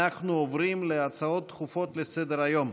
אנחנו עוברים להצעות דחופות לסדר-היום.